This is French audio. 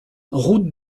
route